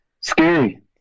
scary